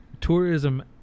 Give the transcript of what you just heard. tourism